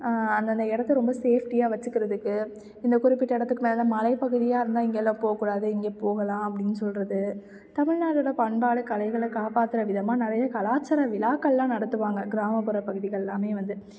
அந்தந்த இடத்த ரொம்ப சேஃப்டியாக வெச்சுக்கிறதுக்கு இந்தக் குறிப்பிட்ட இடத்துக்கு மேலே மலைப் பகுதியாக இருந்தால் இங்கெல்லாம் போகக்கூடாது இங்கே போகலாம் அப்படின்னு சொல்வது தமிழ்நாட்டோட பண்பாடு கலைகளைக் காப்பாத்துகிற விதமாக நிறைய கலாச்சார விழாக்கள்லாம் நடத்துவாங்க கிராமப்புற பகுதிகள்லாமே வந்து